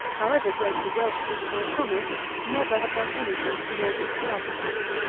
however great the wealth that it might promise, never have done any thing to promote its establishment.